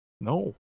No